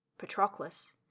Patroclus